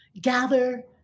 gather